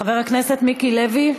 חבר הכנסת מיקי לוי,